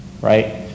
right